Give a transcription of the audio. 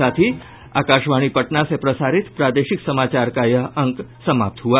इसके साथ ही आकाशवाणी पटना से प्रसारित प्रादेशिक समाचार का ये अंक समाप्त हुआ